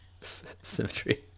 symmetry